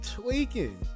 tweaking